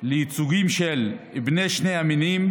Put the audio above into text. לייצוגים של בני שני המינים,